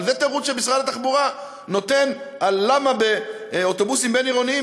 אבל זה תירוץ שמשרד התחבורה נותן למה אוטובוסים בין-עירוניים,